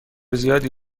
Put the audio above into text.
زیادی